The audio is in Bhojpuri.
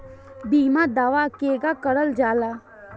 बीमा दावा केगा करल जाला?